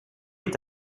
est